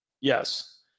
Yes